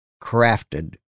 crafted